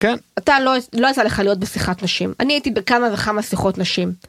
כן. אתה לא לא יצא לך להיות בשיחת נשים אני הייתי בכמה וכמה שיחות נשים.